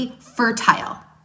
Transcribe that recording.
fertile